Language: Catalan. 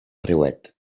riuet